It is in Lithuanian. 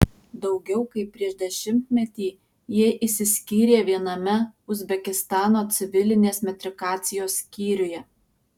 daugiau kaip prieš dešimtmetį jie išsiskyrė viename uzbekistano civilinės metrikacijos skyriuje